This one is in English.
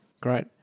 Great